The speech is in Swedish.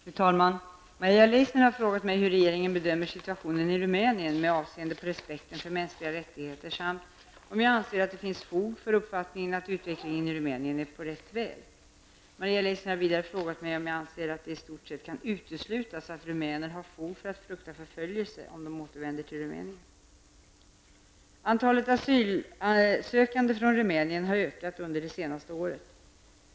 Fru talman! Maria Leissner har frågat mig om hur regeringen bedömer situationen i Rumänien med avseende på respekten för mänskliga rättigheter och om jag anser att det finns fog för uppfattningen att utvecklingen i Rumänien är på rätt väg. Maria Leissner har vidare frågat mig om jag anser att det i stort sett kan uteslutas att rumäner har fog att frukta förföljelse om de återvänder till Rumänien. Antalet asylsökande från Rumänien har ökat under det senaste året.